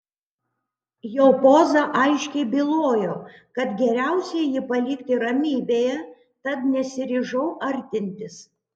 jo poza aiškiai bylojo kad geriausia jį palikti ramybėje tad nesiryžau artintis